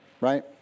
right